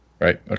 right